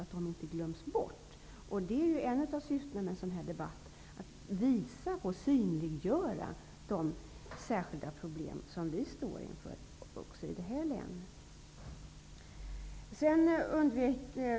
Ett av syftena med en sådan här debatt är just att visa på och synliggöra de särskilda problem som också vi här i länet står inför.